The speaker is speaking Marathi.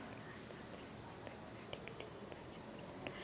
माया लहान भावाले सिमेंट फॅक्टरीसाठी कितीक रुपयावरी कर्ज भेटनं?